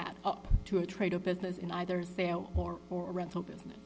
add up to a trade of business in either sale or rental business